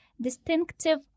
distinctive